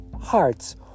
hearts